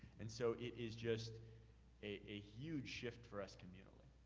and so, it is just a huge shift for us communally.